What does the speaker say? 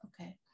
okay